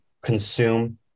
consume